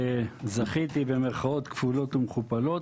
זכיתי, במירכאות כפולות ומכופלות,